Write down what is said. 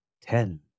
ten